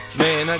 man